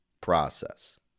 process